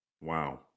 Wow